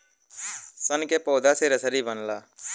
सन के पौधा से रसरी बनला